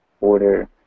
order